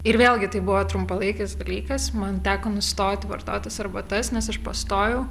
ir vėlgi tai buvo trumpalaikis dalykas man teko nustoti vartot tas arbatas nes aš pastojau